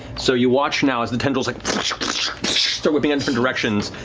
so you watch now as the tendrils like start whipping in different directions.